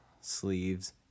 sleeves